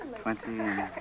Twenty